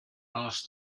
asked